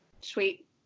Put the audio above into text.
Sweet